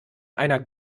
einer